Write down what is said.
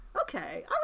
Okay